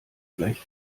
gleich